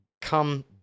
come